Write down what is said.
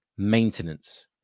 maintenance